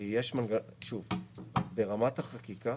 שוב, ברמת החקיקה